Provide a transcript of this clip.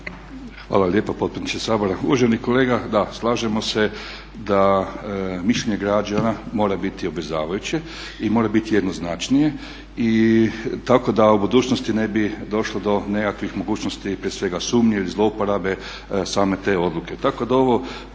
Hvala lijepo potpredsjednice Sabora. Uvaženi kolega, da slažemo se da mišljenje građana mora biti obvezujuće i mora biti jednoznačnije tako da u budućnosti ne bi došlo do nekakvih mogućnosti prije svega sumnje ili zlouporabe same te odluke.